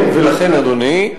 אדוני,